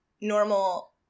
normal